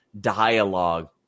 dialogue